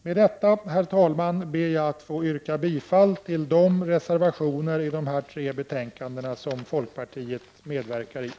Med detta, herr talman, ber jag att få yrka bifall till de reservationer till utbildningsutskottets betänkanden 12, 13 och 14 som folkpartiet har medverkat till.